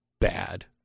bad